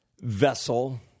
vessel